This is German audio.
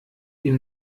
ihm